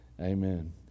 Amen